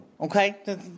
okay